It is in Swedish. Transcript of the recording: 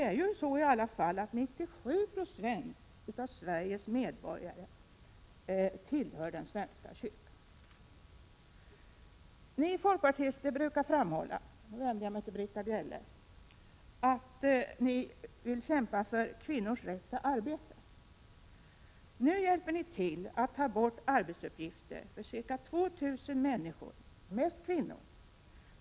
97 96 av Sveriges medborgare tillhör ändå svenska kyrkan. Ni folkpartister — och nu vänder jag mig till Britta Bjelle — brukar framhålla att ni vill kämpa för kvinnors rätt till arbete. Nu hjälper ni till att ta bort arbetsuppgifter för ca 2 000 människor, mest kvinnor.